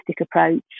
approach